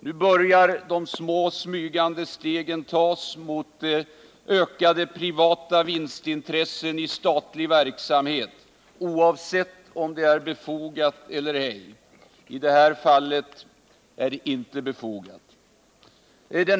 Nu börjar de små, smygande stegen tas mot ökade privata vinstintressen i statlig verksamhet — oavsett om de är befogade eller ej. I det här fallet är de inte befogade.